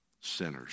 sinners